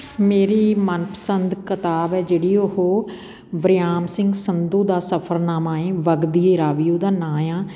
ਮੇਰੀ ਮਨਪਸੰਦ ਕਿਤਾਬ ਹੈ ਜਿਹੜੀ ਉਹ ਵਰਿਆਮ ਸਿੰਘ ਸੰਧੂ ਦਾ ਸਫਰਨਾਮਾ ਏ ਵਗਦੀ ਏ ਰਾਵੀ ਓਹਦਾ ਨਾਂ ਆ